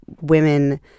women